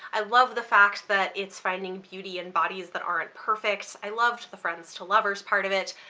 i love the fact that it's finding beauty in bodies that aren't perfect, i loved the friends to lovers part of it,